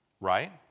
Right